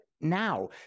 now